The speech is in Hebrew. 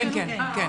כן, כן.